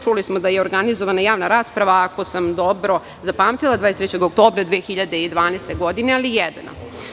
Čuli smo da je organizovana i javna rasprava, ako sam dobro zapamtila, 23. oktobra 2012. godine, ali jedna.